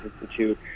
Institute